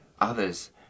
others